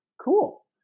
Cool